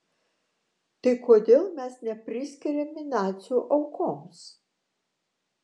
tai kodėl mes nepriskiriami nacių aukoms